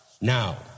Now